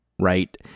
right